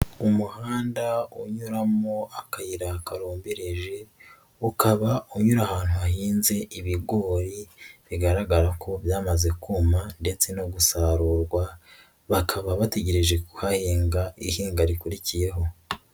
Umuhanda unyuramo akayira karombereje, ukaba unyura ahantu hahinze ibigori bigaragara ko byamaze kuma ndetse no gusarurwa, bakaba bategereje kuhahinga ihinga rikurikiyeho.